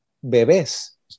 bebés